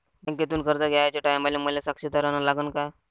बँकेतून कर्ज घ्याचे टायमाले मले साक्षीदार अन लागन का?